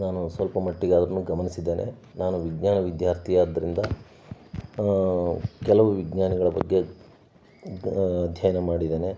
ನಾನು ಸ್ವಲ್ಪ ಮಟ್ಟಿಗಾದ್ರೂ ಗಮನಿಸಿದ್ದೇನೆ ನಾನು ವಿಜ್ಞಾನ ವಿದ್ಯಾರ್ಥಿ ಆದ್ದರಿಂದ ಕೆಲವು ವಿಜ್ಞಾನಿಗಳ ಬಗ್ಗೆ ಅಧ್ಯಯನ ಮಾಡಿದ್ದೇನೆ